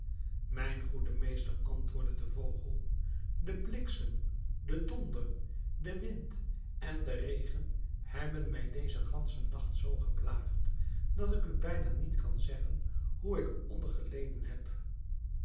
mijn goede meester antwoordde de vogel de bliksem de donder de wind en de regen hebben mij dezen ganschen nacht zoo geplaagd dat ik u bijna niet kan zeggen hoe ik er onder geleden heb